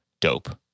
dope